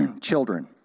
children